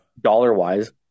dollar-wise